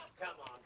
come on,